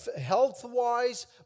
health-wise